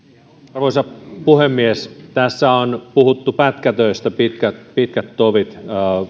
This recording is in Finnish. arvoisa puhemies tässä on puhuttu pätkätöistä pitkät pitkät tovit